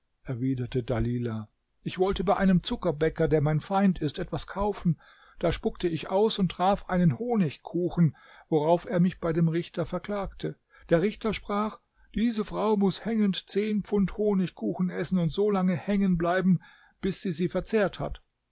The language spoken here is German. erwiderte dalilah ich wollte bei einem zuckerbäcker der mein feind ist etwas kaufen da spuckte ich aus und traf einen honigkuchen worauf er mich bei dem richter verklagte der richter sprach diese frau muß hängend zehn pfund honigkuchen essen und so lange hängen bleiben bis sie sie verzehrt hat